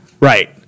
Right